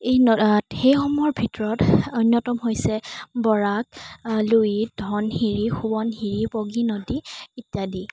এই সেইসমূহৰ ভিতৰত অন্যতম হৈছে বৰাক লুইত ধনশিৰি সোৱণশিৰি বগী নদী ইত্যাদি